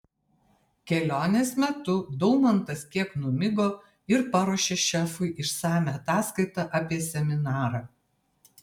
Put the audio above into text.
kelionės metu daumantas kiek numigo ir paruošė šefui išsamią ataskaitą apie seminarą